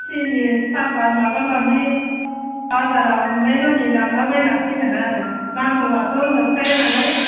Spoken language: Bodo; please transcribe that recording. सिनि साफाट माबा माबि बाजाराव नुनायमानि लांलाबायनांसिगोन आरो नांगौआथ' जोबखाया नालाय